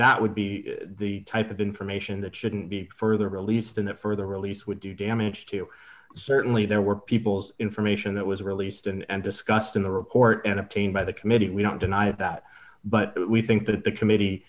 that would be the type of information that shouldn't be further released in that for the release would do damage to certainly there were people's information that was released and discussed in the report and obtained by the committee we don't deny that but we think that the committee